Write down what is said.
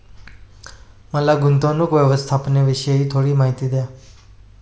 मला गुंतवणूक व्यवस्थापनाविषयी थोडी माहिती द्या